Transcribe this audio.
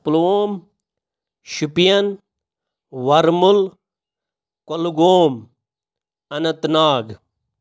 Pulwama Shopian Varmul Kulgam Anant Nag